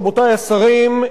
רבותי השרים,